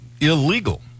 illegal